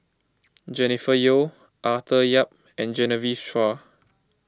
Jennifer Yeo Arthur Yap and Genevieve Chua